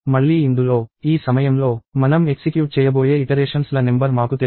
మళ్లీ ఇందులో ఈ సమయంలో మనం ఎక్సిక్యూట్ చేయబోయే ఇటరేషన్స్ ల నెంబర్ మాకు తెలియదు